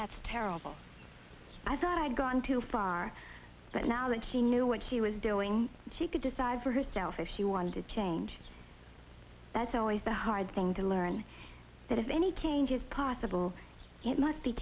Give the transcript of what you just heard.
that's terrible i thought i'd gone too far but now that he knew what he was doing she could decide for herself if she wanted to change that's always the hard thing to learn that if any change is possible it must be